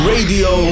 Radio